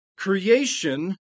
Creation